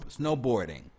snowboarding